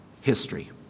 History